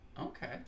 Okay